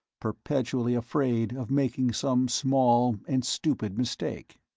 perpetually afraid of making some small and stupid mistake.